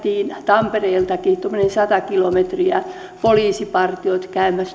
tampereeltakin tuommoinen sata kilometriä poliisipartiot